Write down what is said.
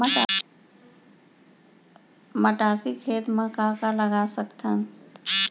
मटासी खेत म का का लगा सकथन?